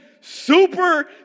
super